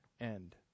end